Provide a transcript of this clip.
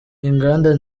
inganda